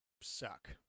suck